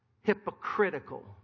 Hypocritical